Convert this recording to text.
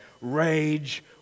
Rage